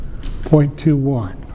0.21